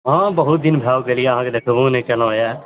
हँ बहुत दिन भए गेलै अहाँके देखबो नहि केलहुँ यऽ